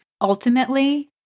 ultimately